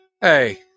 Hey